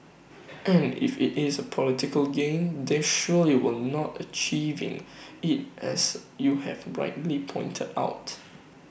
and if IT is political gain then surely we are not achieving IT as you have rightly pointed out